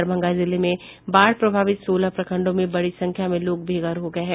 दरभंगा जिले में बाढ़ प्रभावित सोलह प्रखंडों में बड़ी संख्या में लोग बेघर हो गये हैं